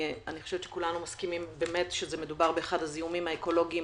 אני חושבת שכולנו מסכימים שמדובר באחד הזיהומים האקולוגיים